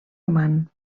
oman